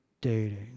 dating